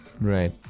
right